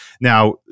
Now